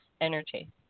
energy